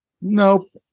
Nope